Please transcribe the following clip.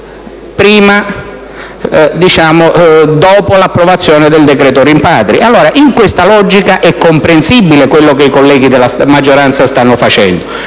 provvedimento dopo l'approvazione del decreto rimpatri. In questa logica è comprensibile quello che i colleghi della maggioranza stanno facendo: